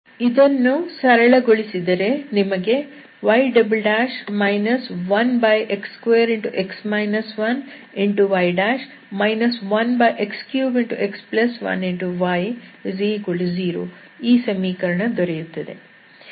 ಇದನ್ನು ಸರಳಗೊಳಿಸಿದರೆ ನಿಮಗೆ y 1x2y 1x3x 1y0 ಈ ಸಮೀಕರಣ ದೊರೆಯುತ್ತದೆ